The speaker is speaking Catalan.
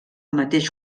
mateix